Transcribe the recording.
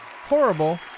horrible